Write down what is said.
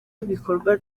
bikorwa